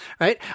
right